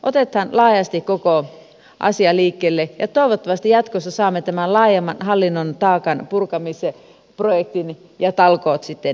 otetaan laajasti koko asia liikkeelle ja toivottavasti jatkossa saamme laajemman hallinnon taakan purkamisprojektin ja talkoot sitten liikkeelle